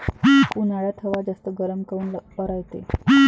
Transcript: उन्हाळ्यात हवा जास्त गरम काऊन रायते?